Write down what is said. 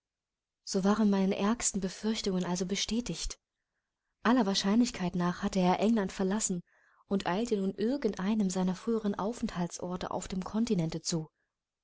so waren meine ärgsten befürchtungen also bestätigt aller wahrscheinlichkeit nach hatte er england verlassen und eilte nun irgend einem seiner früheren aufenthaltsorte auf dem kontinente zu